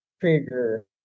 trigger